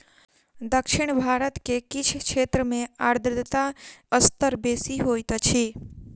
दक्षिण भारत के किछ क्षेत्र में आर्द्रता स्तर बेसी होइत अछि